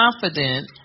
confident